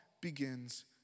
begins